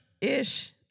Ish